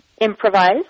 improvise